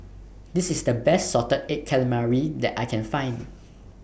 This IS The Best Salted Egg Calamari that I Can Find